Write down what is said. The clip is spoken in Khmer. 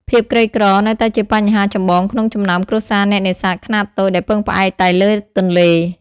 ភាពក្រីក្រ នៅតែជាបញ្ហាចម្បងក្នុងចំណោមគ្រួសារអ្នកនេសាទខ្នាតតូចដែលពឹងផ្អែកតែលើទន្លេ។